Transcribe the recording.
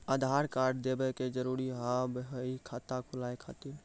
आधार कार्ड देवे के जरूरी हाव हई खाता खुलाए खातिर?